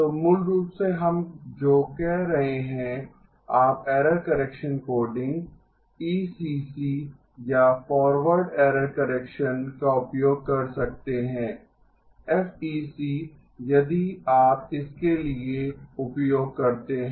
तो मूल रूप से हम जो कह रहे हैं आप एरर करेक्शन कोडिंग ईसीसी या फॉरवर्ड एरर करेक्शन का उपयोग कर सकते हैं एफईसी यदि आप इसके लिए उपयोग करते हैं